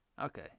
Okay